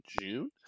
June